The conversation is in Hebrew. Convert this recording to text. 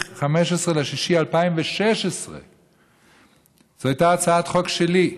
15 ביוני 2016. זו הייתה הצעת חוק שלי.